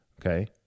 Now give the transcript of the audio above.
okay